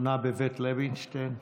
תחנה בבית לוינשטיין.